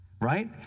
Right